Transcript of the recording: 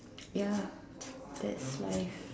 ya that's life